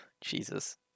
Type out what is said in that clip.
Jesus